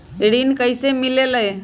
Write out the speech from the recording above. ऋण कईसे मिलल ले?